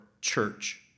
church